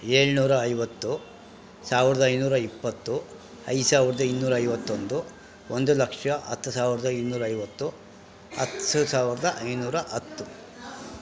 ಏಳುನೂರ ಐವತ್ತು ಸಾವಿರದ ಐನೂರ ಇಪ್ಪತ್ತು ಐದುಸಾವಿರದ ಇನ್ನೂರ ಐವತ್ತೊಂದು ಒಂದು ಲಕ್ಷ ಹತ್ತು ಸಾವಿರದ ಇನ್ನೂರ ಐವತ್ತು ಹತ್ತು ಸಾವಿರದ ಐನೂರ ಹತ್ತು